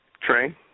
Train